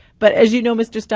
but, as you know mr. steyer,